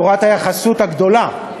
תורת היחסות הגדולה,